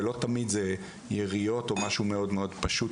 ולא תמיד זה יריות או משהו מאוד מאוד פשוט